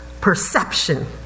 perception